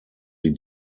sie